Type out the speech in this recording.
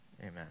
Amen